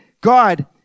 god